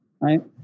right